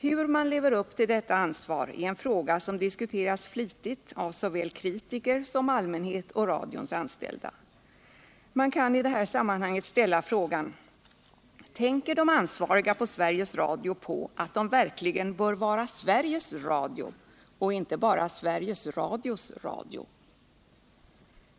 Hur man lever upp till detta ansvar är en fråga som diskuteras flitigt av såväl kritiker som allmänhet och radions anställda. Man kan i det här sammanhanget ställa frågan: Tänker de ansvariga på Sveriges Radio på att de verkligen bör vara Sveriges radio och inte bara Sveriges Radios radio?